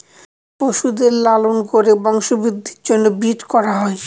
পশুদের লালন করে বংশবৃদ্ধির জন্য ব্রিড করা হয়